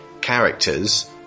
characters